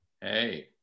Hey